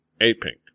A-Pink